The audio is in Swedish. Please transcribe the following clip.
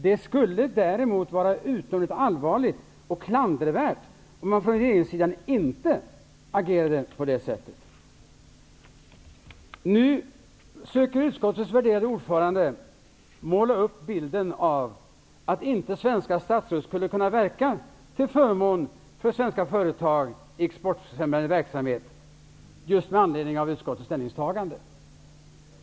Det skulle däremot vara utomordentligt allvarligt och klandervärt om man från regeringssidan inte agerade på det sättet. Nu söker utskottets värderade ordförande måla upp bilden av att svenska statsråd inte skulle kunna verka till förmån för svenska företag i exportfrämjande verksamhet just med anledning av utskottets ställningstagande.